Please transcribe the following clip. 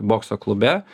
bokso klube